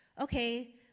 okay